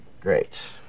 Great